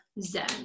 zen